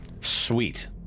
Sweet